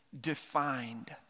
defined